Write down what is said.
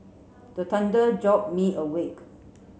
the thunder jolt me awake